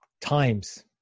times